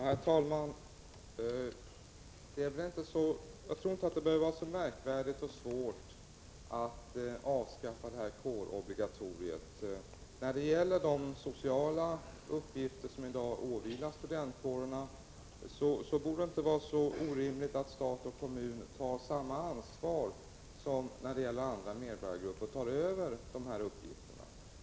Herr talman! Jag tror inte att det behöver vara så märkvärdigt och svårt att avskaffa kårobligatoriet. När det gäller de sociala uppgifter som i dag åvilar studentkårerna borde det inte vara så orimligt att stat och kommun tar samma ansvar här som när det gäller andra medborgargrupper och tar över de uppgifterna.